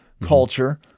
culture